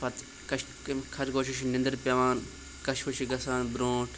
پَتہٕ خرگوشَس چھِ نِنٛدٕر پٮ۪وان کَچھوٕ چھِ گَژھان برٛونٛٹھ